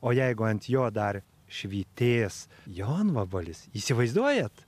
o jeigu ant jo dar švytės jonvabalis įsivaizduojat